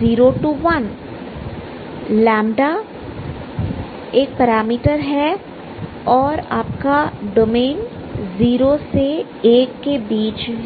0x1 λ एक parameter है और आपका डोमेन 0से 1 के बीच है